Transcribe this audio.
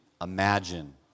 Imagine